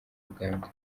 uganda